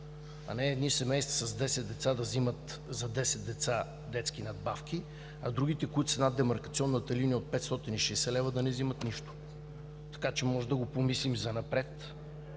а не едни семейства с 10 деца да взимат за 10 деца детски надбавки, а другите, които са над демаркационната линия от 560 лева, да не взимат нищо. Така че може да го помислим занапред